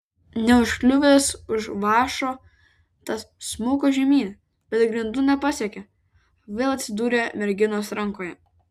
neužkliuvęs už vąšo tas smuko žemyn bet grindų nepasiekė vėl atsidūrė merginos rankoje